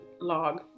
log